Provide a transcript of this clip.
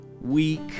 weak